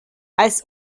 als